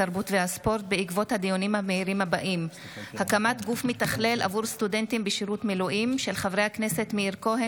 התרבות והספורט בעקבות דיון מהיר בהצעתם של חברי הכנסת מאיר כהן